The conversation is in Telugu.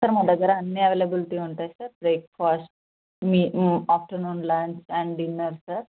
సార్ మా దగ్గర అన్ని అవైలబులిటీ ఉంటాయి సార్ బ్రేక్ఫాస్ట్ మీ ము afternoon lunch and dinner sir